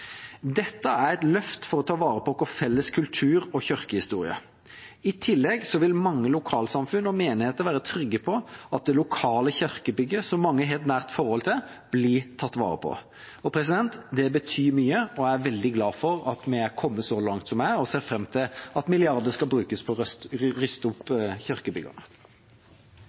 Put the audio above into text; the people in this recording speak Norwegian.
Dette er et løft for å ta vare på vår felles kultur- og kirkehistorie. I tillegg vil mange lokalsamfunn og menigheter være trygge på at det lokale kirkebygget, som mange har et nært forhold til, blir tatt vare på. Det betyr mye. Jeg er veldig glad for at vi er kommet så langt som vi er, og ser fram til at milliarder skal brukes på å ruste opp